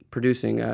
Producing